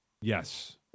Yes